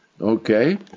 okay